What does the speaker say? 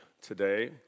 today